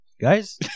guys